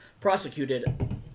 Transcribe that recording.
prosecuted